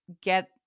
get